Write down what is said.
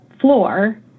floor